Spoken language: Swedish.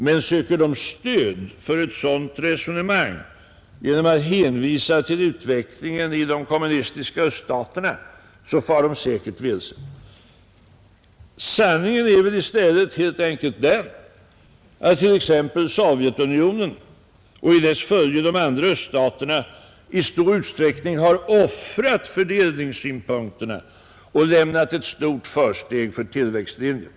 Men söker de stöd för ett sådant resonemang genom att hänvisa till utvecklingen i de kommunistiska öststaterna, så far de säkert vilse. Sanningen är väl i stället helt enkelt att Sovjetunionen — och i dess följe de andra öststaterna — i stor utsträckning har offrat fördelningssynpunkterna och lämnat ett stort försteg åt tillväxtlinjen.